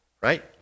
right